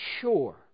sure